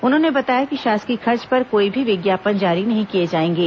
उन्होंने बताया कि शासकीय खर्च पर कोई भी विज्ञापन जारी नहीं किए जाएंगे